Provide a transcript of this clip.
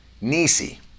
Nisi